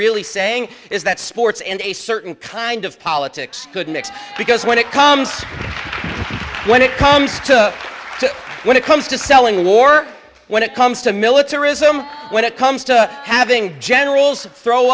really saying is that sports and a certain kind of politics could mix because when it comes to when it comes to when it comes to selling war when it comes to militarism when it comes to having generals throw